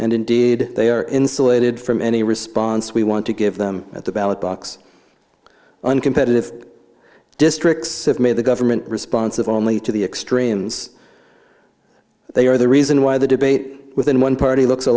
and indeed they are insulated from any response we want to give them at the ballot box on competitive districts have made the government responsive only to the extremes they are the reason why the debate within one party looks a